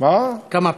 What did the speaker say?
כן.